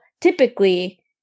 typically